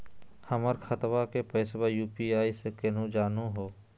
हमर खतवा के पैसवा यू.पी.आई स केना जानहु हो?